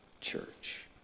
church